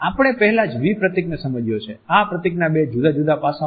આપણે પહેલા જ V પ્રતીકને સમજ્યો છે આ પ્રતીકના બે જુદા જુદા પાસાંઓ છે